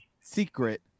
secret